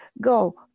go